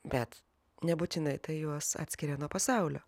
bet nebūtinai tai juos atskiria nuo pasaulio